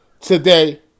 today